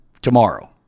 Tomorrow